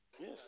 Yes